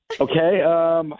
Okay